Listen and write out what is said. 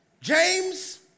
James